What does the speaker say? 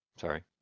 sorry